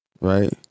right